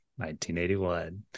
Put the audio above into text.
1981